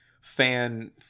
fan